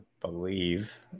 believe